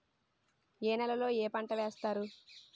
ఏ నేలలో ఏ పంట వేస్తారు?